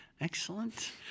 Excellent